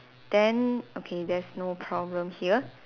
then okay there's no problem here